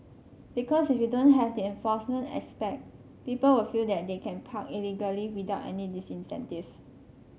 because if you don't have the enforcement aspect people will feel that they can park illegally without any disincentive